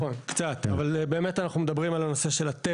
קצת, אבל באמת אנחנו מדברים על הנושא של הטבע.